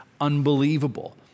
Unbelievable